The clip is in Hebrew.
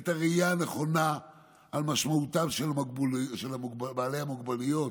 את הראייה הנכונה על המשמעות של בעלי המוגבלויות,